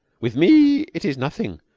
with me it is nothing,